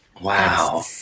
Wow